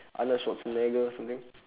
arnold-schwarzenegger or something